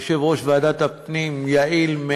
יושב-ראש ועדת הפנים יעיל מאין,